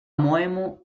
моему